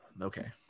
Okay